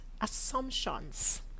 assumptions